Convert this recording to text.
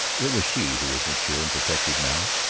it was she who was mature and protective now.